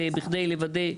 ובכדי לוודא,